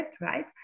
right